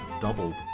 doubled